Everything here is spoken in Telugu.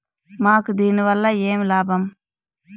మాకు దీనివల్ల ఏమి లాభం